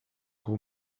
how